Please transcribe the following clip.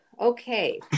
Okay